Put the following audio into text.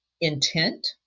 intent